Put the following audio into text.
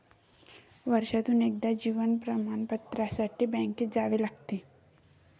वर्षातून एकदा जीवन प्रमाणपत्रासाठी बँकेत जावे लागते